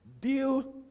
Deal